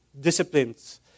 disciplines